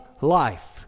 life